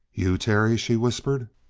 you, terry! she whispered.